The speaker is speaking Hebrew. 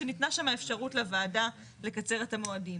כשניתנה שם האפשרות לוועדה לקצר את המועדים.